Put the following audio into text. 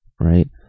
right